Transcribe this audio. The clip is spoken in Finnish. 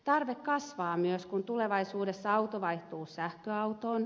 tarve kasvaa myös kun tulevaisuudessa auto vaihtuu sähköautoon